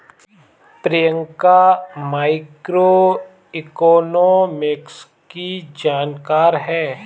Priyanka macroeconomics की जानकार है